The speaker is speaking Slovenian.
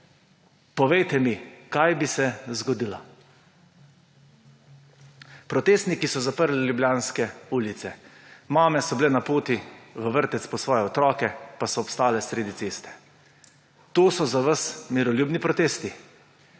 Povejte mi, kaj bi se zgodilo. Protestniki so zaprli ljubljanske ulice, mame so bile na poti v vrtec po svoje otroke, pa so obstale sredi ceste. To so za vas miroljubni protesti?